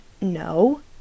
No